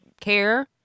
care